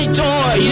joy